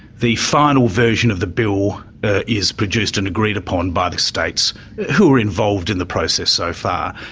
the final version of the bill is produced and agreed upon by the states who are involved in the process so far.